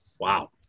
Wow